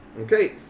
Okay